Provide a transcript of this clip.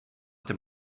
dem